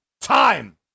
time